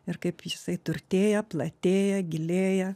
ir kaip jisai turtėja platėja gilėja